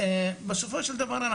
בסופו של דבר,